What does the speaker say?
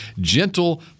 gentle